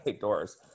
doors